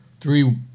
three